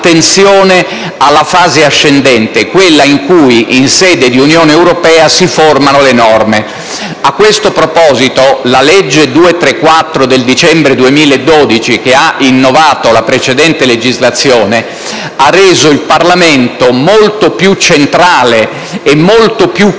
attenzione alla fase ascendente, quella in cui, in sede di Unione europea, si formano le norme. A questo proposito, la legge n. 234 del dicembre 2012, che ha innovato la precedente legislazione, ha reso il Parlamento molto più centrale e molto più